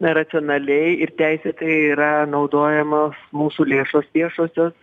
racionaliai ir teisėtai yra naudojamos mūsų lėšos viešosios